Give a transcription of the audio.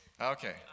Okay